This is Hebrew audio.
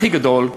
הכי גדול,